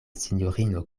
sinjorino